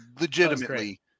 legitimately